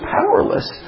powerless